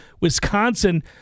Wisconsin